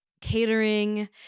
catering